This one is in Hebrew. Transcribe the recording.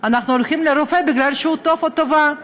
אנחנו הולכים לרופא כי הוא טוב או היא טובה.